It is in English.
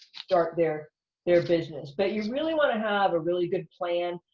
start their their business. but you really wanna have a really good plan.